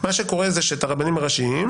מה שקורה זה שאת הרבנים הראשיים,